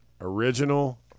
original